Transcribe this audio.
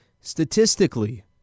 statistically